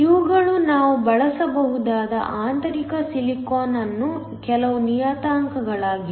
ಇವುಗಳು ನಾವು ಬಳಸಬಹುದಾದ ಆಂತರಿಕ ಸಿಲಿಕಾನ್ನ ಕೆಲವು ನಿಯತಾಂಕಗಳಾಗಿವೆ